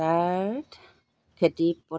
তাত খেতি